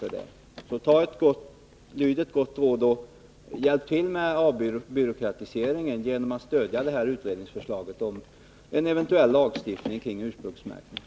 Lyd ett gott råd och hjälp till med avbyråkratiseringen genom att stödja utredningsförslaget om en eventuell lagstiftning om ursprungsmärkningen!